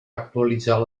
actualitzar